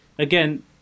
Again